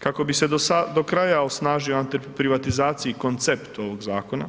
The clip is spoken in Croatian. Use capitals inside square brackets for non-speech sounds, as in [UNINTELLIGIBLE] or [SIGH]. Kako bi se do kraja osnažio ... [UNINTELLIGIBLE] koncept ovog Zakona,